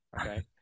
okay